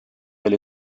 oli